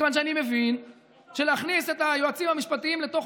מכיוון שאני מבין שלהכניס את היועצים המשפטיים לתוך